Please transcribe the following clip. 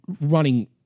running